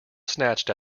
snatched